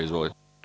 Izvolite.